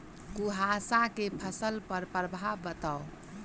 कुहासा केँ फसल पर प्रभाव बताउ?